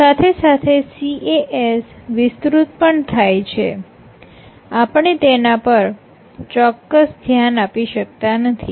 સાથે સાથે CAS વિસ્તૃત પણ થાય છે આપણે તેના પર ચોક્કસ ધ્યાન આપી શકતા નથી